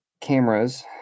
cameras